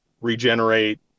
regenerate